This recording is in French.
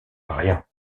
rien